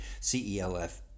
CELF